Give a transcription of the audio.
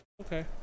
Okay